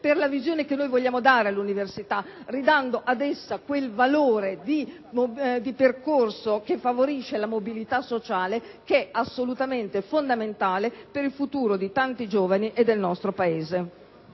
per la visione alla quale vogliamo improntare l’universita, attribuendo ad essa quel valore di percorso che favorisce la mobilita sociale, assolutamente fondamentale per il futuro di tanti giovani e dello stesso nostro Paese.